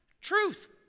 Truth